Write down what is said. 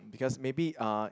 because maybe uh